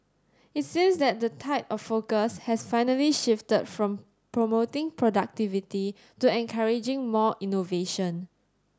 it seems that the tide of focus has finally shifted from promoting productivity to encouraging more innovation